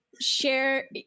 share